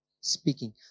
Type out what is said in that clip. speaking